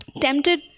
Tempted